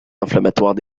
inflammatoires